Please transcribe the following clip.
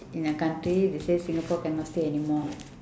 in a country they say singapore cannot stay anymore